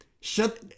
Shut